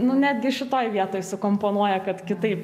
nu netgi šitoj vietoj sukomponuoja kad kitaip